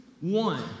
One